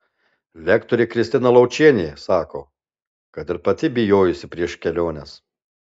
lektorė kristina laučienė sako kad ir pati bijojusi prieš keliones